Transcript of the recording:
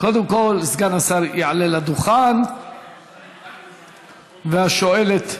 קודם כול, סגן השר יעלה לדוכן והשואלת הנכבדה,